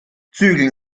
zügeln